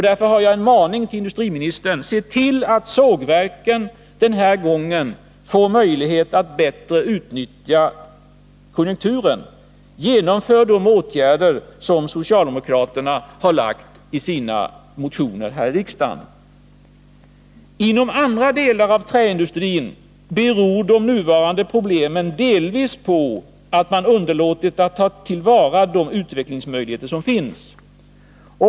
Därför har jag en maning till industriministern: Se till att sågverken den här gången ges möjlighet att bättre utnyttja konjunkturen. Genomför de åtgärder som socialdemokraterna har föreslagit i sina motioner här i riksdagen. Inom andra delar av träindustrin beror de nuvarande problemen delvis på att man underlåtit att ta till vara de utvecklingsmöjligheter som finns.